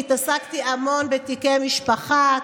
התעסקתי המון בתיקי משפחה,